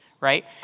right